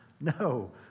No